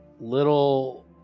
little